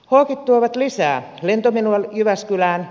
hawkit tuovat lisää lentomelua jyväskylään